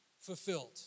fulfilled